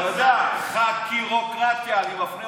זה לא הגיוני, לא הגיוני.